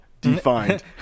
defined